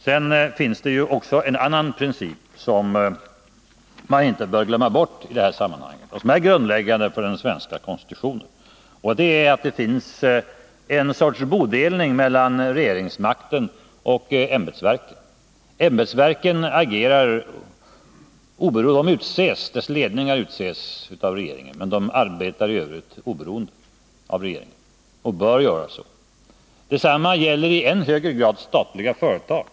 Det finns dock också en annan princip som inte bör glömmas bort i detta sammanhang och som också den är grundläggande för den svenska konstitutionen. Det är att det finns bodelning mellan regeringsmakten och ämbetsverken. Ämbetsverkens ledningar utses av regeringen men arbetar i övrigt oberoende av regeringen — och bör så göra. Detsamma gäller i än högre grad statliga företag.